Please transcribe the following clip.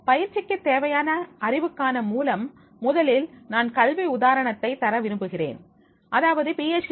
பயிற்சிக்கு தேவையான அறிவுக்கான மூலம் முதலில் நான் கல்வி உதாரணத்தை தர விரும்புகிறேன் அதாவது பி ஹெச் டி Ph